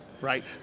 right